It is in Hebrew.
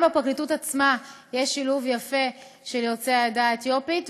גם בפרקליטות עצמה יש שילוב יפה של יוצאי העדה האתיופית,